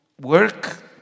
work